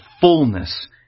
fullness